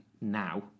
now